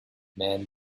men